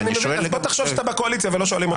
אז בוא תחשוב שאתה בקואליציה ולא שואלים אותך.